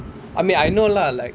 I mean I know lah like